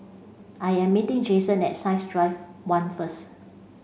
I am meeting Jason at Science Drive one first